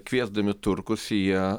kviesdami turkus jie